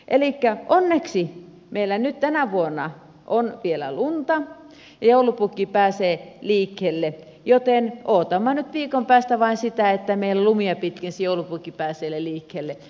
elikkä onneksi meillä nyt tänä vuonna on vielä lunta joulupukki pääsee liikkeelle joten odotamme nyt viikon päästä vain sitä että meillä lumia pitkin se joulupukki pääsee liikkeelle